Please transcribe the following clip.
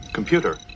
computer